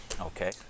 Okay